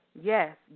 yes